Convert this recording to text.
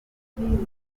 biramahire